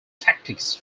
tactics